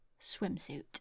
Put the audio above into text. swimsuit